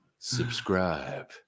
Subscribe